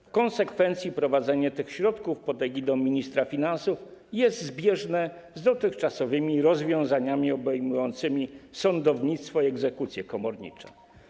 W konsekwencji prowadzenie tych środków pod egidą ministra finansów jest zbieżne z dotychczasowymi rozwiązaniami obejmującymi sądownictwo i egzekucje komornicze.